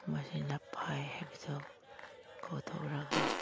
ꯃꯁꯤꯅ ꯐꯩ ꯍꯥꯏꯕꯗꯣ ꯀꯥꯎꯊꯣꯛꯂꯒ